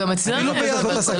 אבל גם אצלנו יש.